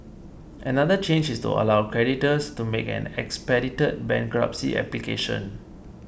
another change is to allow creditors to make an expedited bankruptcy application